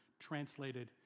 translated